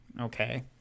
Okay